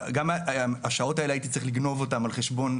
ומערכת החינוך שהייתה צריכה להטמיע את הדבר הזה לא עושה את העבודה שלה.